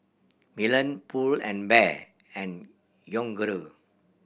Milan Pull and Bear and Yoguru